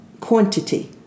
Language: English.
Quantity